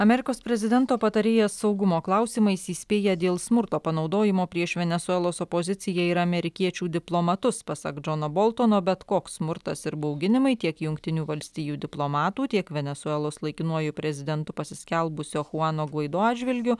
amerikos prezidento patarėjas saugumo klausimais įspėja dėl smurto panaudojimo prieš venesuelos opoziciją ir amerikiečių diplomatus pasak džono boltono bet koks smurtas ir bauginimai tiek jungtinių valstijų diplomatų tiek venesuelos laikinuoju prezidentu pasiskelbusio chuano guaido atžvilgiu